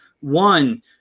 One